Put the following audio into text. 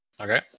Okay